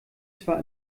zwar